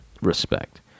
respect